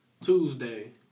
Tuesday